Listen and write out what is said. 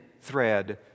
thread